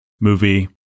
movie